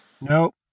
Nope